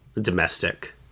domestic